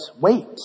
Wait